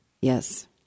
Yes